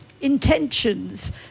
intentions